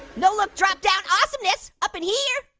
no look drop down awesomeness, up in here.